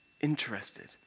interested